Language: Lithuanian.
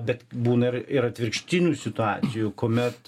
bet būna ir ir atvirkštinių situacijų kuomet